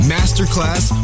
Masterclass